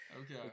okay